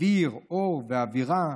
אוויר, אור ואווירה,